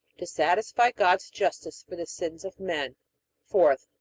to satisfy god's justice for the sins of men fourth,